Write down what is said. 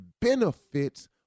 benefits